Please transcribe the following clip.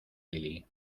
lilí